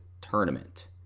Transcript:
tournament